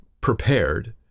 prepared